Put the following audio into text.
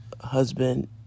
husband